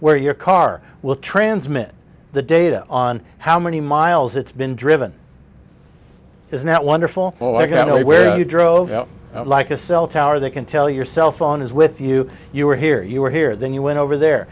where your car will transmit the data on how many miles it's been driven is not wonderful where you drove like a cell tower they can tell your cell phone is with you you were here you were here then you went over there